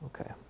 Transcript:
Okay